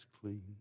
clean